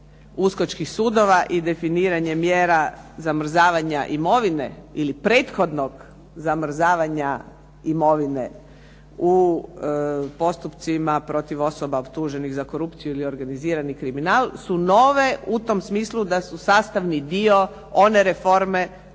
uskočkih sudova i definiranje mjera zamrzavanja imovine ili prethodnog zamrzavanja imovine u postupcima protiv osoba optuženih za korupciju ili organizirani kriminal su nove u tom smislu da su sastavni dio one reforme